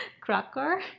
cracker